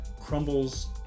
crumbles